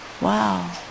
Wow